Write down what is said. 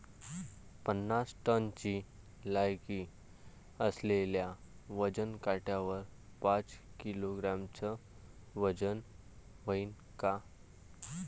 पन्नास टनची लायकी असलेल्या वजन काट्यावर पाच किलोग्रॅमचं वजन व्हईन का?